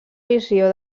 visió